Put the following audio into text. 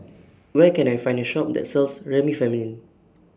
Where Can I Find A Shop that sells Remifemin